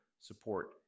support